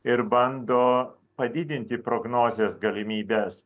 ir bando padidinti prognozes galimybes